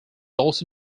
also